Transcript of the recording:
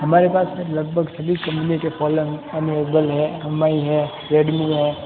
हमारे पास में लगभग सभी कम्पनी के फ़ौन अमेलेबल हैं एम आई है रेडमी है